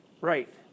Right